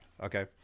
Okay